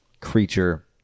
creature